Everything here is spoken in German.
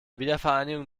wiedervereinigung